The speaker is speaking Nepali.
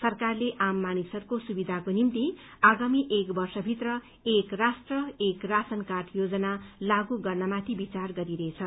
सरकारले आम मानिसहरूको सुविधाको निम्ति आगामी एक वर्षभित्र एक राष्ट्रः एक राशन कार्ड योजना लागू गर्नमाथि विचार गरिरहेछ